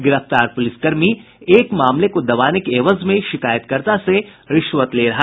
गिरफ्तार पुलिसकर्मी एक मामले को दबाने के एवज में शिकायतकर्ता से रिश्वत ले रहा था